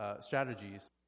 strategies